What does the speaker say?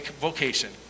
vocation